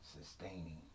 sustaining